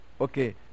Okay